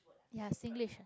ya singlish